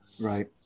Right